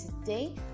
today